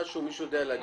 מישהו יודע לומר לי?